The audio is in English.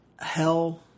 hell